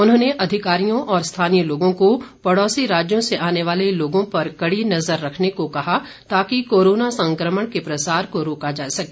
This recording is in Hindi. उन्होंने अधिकारियों और स्थानीय लोगों को पडोसी राज्यों से आने वाले लोगों पर कड़ी नजर रखने को कहा ताकि कोरोना संक्रमण के प्रसार को रोका जा सके